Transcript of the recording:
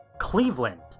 CLEVELAND